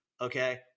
okay